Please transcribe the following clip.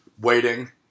waiting